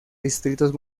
distritos